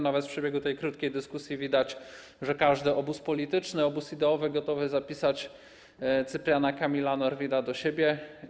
Nawet z przebiegu tej krótkiej dyskusji widać, że każdy obóz polityczny, obóz ideowy gotowy zapisać Cypriana Kamila Norwida do siebie.